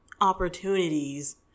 opportunities